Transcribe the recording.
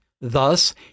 Thus